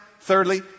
thirdly